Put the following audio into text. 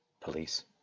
police